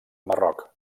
marroc